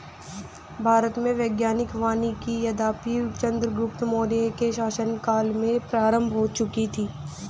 भारत में वैज्ञानिक वानिकी यद्यपि चंद्रगुप्त मौर्य के शासन काल में प्रारंभ हो चुकी थी